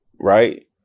right